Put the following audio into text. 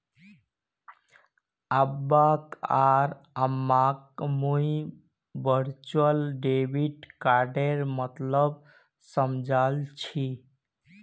अब्बा आर अम्माक मुई वर्चुअल डेबिट कार्डेर मतलब समझाल छि